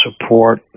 support